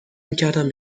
میکردم